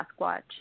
Sasquatch